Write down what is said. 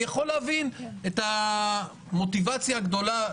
אני יכול להבין את המוטיבציה הגדולה,